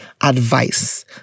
advice